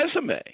resume